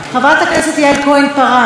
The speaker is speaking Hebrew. חברת הכנסת יעל כהן-פארן,